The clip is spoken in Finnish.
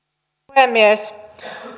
puhemies